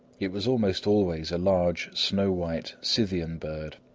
it was almost always a large, snow-white, scythian bird.